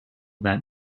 that